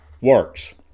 works